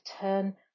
turn